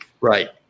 Right